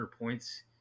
points